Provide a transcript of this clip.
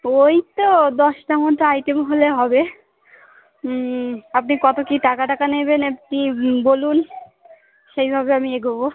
ওই তো দশটা মতো আইটেম হলে হবে আপনি কত কী টাকা টাকা নেবেন আপনি বলুন সেইভাবে আমি এগবো